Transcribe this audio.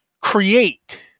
create